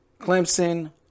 Clemson